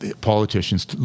politicians